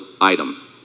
item